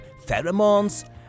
pheromones